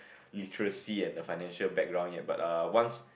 literacy and the financial background yet but err once